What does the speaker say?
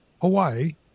Hawaii